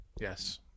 Yes